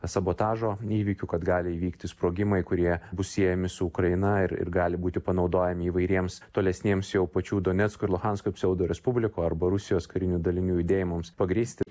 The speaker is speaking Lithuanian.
sabotažo įvykių kad gali įvykti sprogimai kurie bus siejami su ukraina ir ir gali būti panaudojami įvairiems tolesniems jau pačių donecko ir luhansko pseudo respublikų arba rusijos karinių dalinių judėjimams pagrįsti